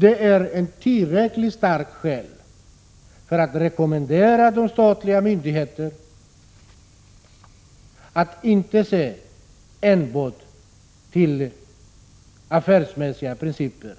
Det är ett tillräckligt starkt skäl för att rekommendera de statliga myndigheterna att inte se enbart till affärsmässiga principer